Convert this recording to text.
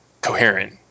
coherent